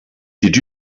did